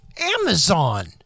Amazon